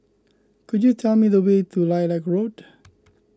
could you tell me the way to Lilac Road